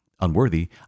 unworthy